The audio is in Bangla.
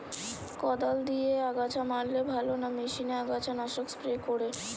কদাল দিয়ে আগাছা মারলে ভালো না মেশিনে আগাছা নাশক স্প্রে করে?